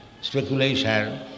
speculation